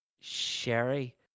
Sherry